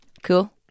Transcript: Cool